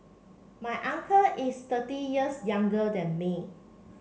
my uncle is thirty years younger than me